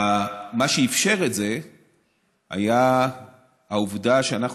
מה שאפשר את זה היה העובדה שאנחנו